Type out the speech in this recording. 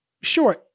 Sure